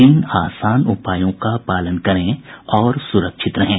तीन आसान उपायों का पालन करें और सुरक्षित रहें